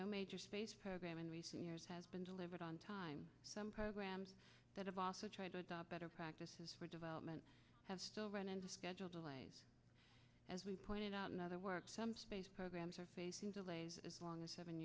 no major space program in recent years has been delivered on time some programs that have also tried to adopt better practices for development have still run into schedule delays as we pointed out in other work some space programs are facing delays as long as seven